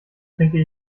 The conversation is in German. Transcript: trinke